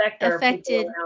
affected